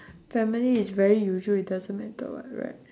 family is very usual it doesn't matter [what] right